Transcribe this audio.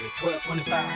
1225